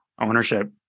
Ownership